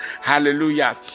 Hallelujah